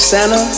Santa